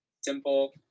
Simple